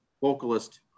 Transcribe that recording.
vocalist